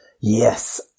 Yes